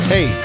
Hey